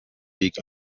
weg